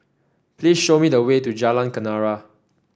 please show me the way to Jalan Kenarah